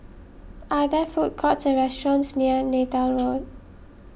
are there food courts or restaurants near Neythal Road